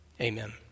amen